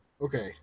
Okay